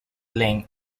lane